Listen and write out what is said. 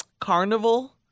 carnival